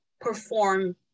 perform